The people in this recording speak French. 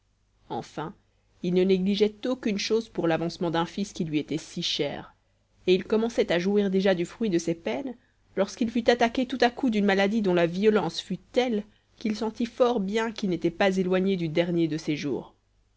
enfin il ne négligeait aucune chose pour l'avancement d'un fils qui lui était si cher et il commençait à jouir déjà du fruit de ses peines lorsqu'il fut attaqué tout à coup d'une maladie dont la violence fut telle qu'il sentit fort bien qu'il n'était pas éloigné du dernier de